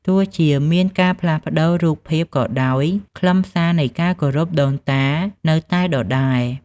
ទោះជាមានការផ្លាស់ប្ដូររូបភាពក៏ដោយ ខ្លឹមសារនៃការគោរពដូនតានៅតែដដែល។